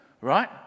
Right